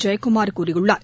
ஜெயகுமார் கூறியுள்ளார்